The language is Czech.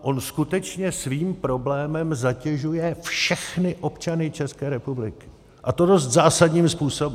On skutečně svým problémem zatěžuje všechny občany České republiky, a to dost zásadním způsobem.